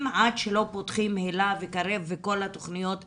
עד שלא פותחים היל"ה ו"קרב" וכל התוכניות האלו.